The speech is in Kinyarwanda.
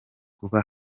kuba